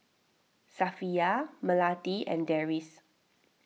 Safiya Melati and Deris